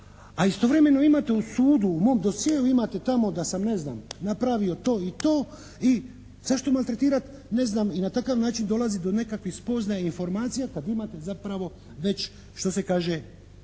A istovremeno imate u sudu, u mom dosjeu imate tamo da sam, ne znam, napravio to i to? I zašto maltretirati, ne znam, i na takav način dolaziti u nekakvih spoznaja i informacija kad imate zapravo već što se kaže